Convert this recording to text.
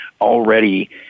already